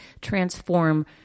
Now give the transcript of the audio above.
transform